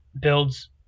builds